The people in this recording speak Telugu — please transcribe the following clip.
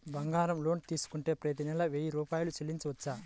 బంగారం లోన్ తీసుకుంటే ప్రతి నెల వెయ్యి రూపాయలు చెల్లించవచ్చా?